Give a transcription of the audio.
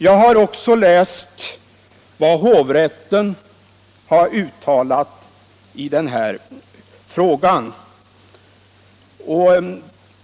Jag har också läst vad hovrätten har uttalat i den här frågan.